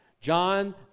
John